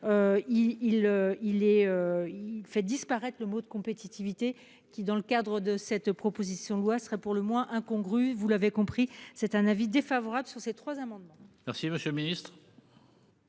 il fait disparaître le mot de compétitivité qui dans le cadre de cette proposition de loi serait pour le moins incongru. Vous l'avez compris, c'est un avis défavorable sur ces trois amendements. Merci, monsieur le Ministre.